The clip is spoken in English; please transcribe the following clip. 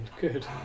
good